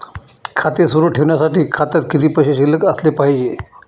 खाते सुरु ठेवण्यासाठी खात्यात किती पैसे शिल्लक असले पाहिजे?